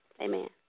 Amen